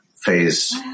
phase